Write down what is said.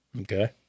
Okay